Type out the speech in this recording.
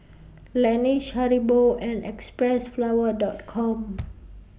Laneige Haribo and Xpressflower Dot Com